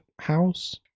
house